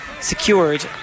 secured